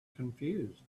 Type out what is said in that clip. confused